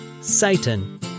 satan